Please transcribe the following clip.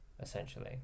essentially